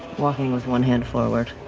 walking with one hand forward.